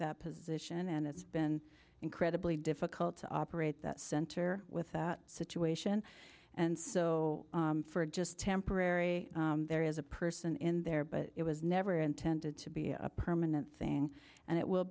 that position and it's been incredibly difficult to operate that center with that situation and so for a just temporary there is a person in there but it was never intended to be a permanent thing and it will